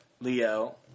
Leo